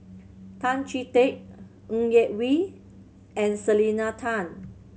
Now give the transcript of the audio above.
Tan Chee Teck Ng Yak Whee and Selena Tan